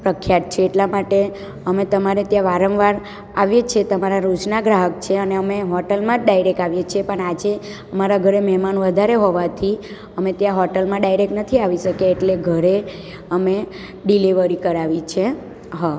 પ્રખ્યાત છે એટલા માટે અમે તમારે ત્યાં વારંવાર આવીએ છીએ અમે તમારા રોજના ગ્રાહક છે અને અમે હોટલમાં જ ડાઈરેક આવ્યે છીએ પણ આજે મારા ઘરે મેહમાનો વધારે હોવાથી અમે ત્યાં હોટેલમાં ડાઈરેક નથી આવી શક્યા એટલે ઘરે અમે ડિલિવરી કરાવી છે હં